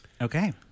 Okay